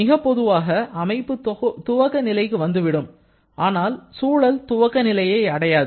மிகப் பொதுவாக அமைப்பு துவக்க நிலைக்கு வந்துவிடும் ஆனால் சூழல் துவக்க நிலையை அடையாது